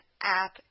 app